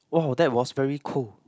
!woah! that was very cool